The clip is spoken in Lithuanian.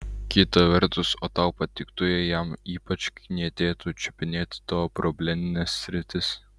kita vertus o tau patiktų jei jam ypač knietėtų čiupinėti tavo problemines sritis